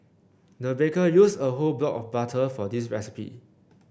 the baker used a whole block of butter for this recipe